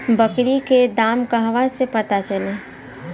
बकरी के दाम कहवा से पता चली?